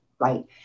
right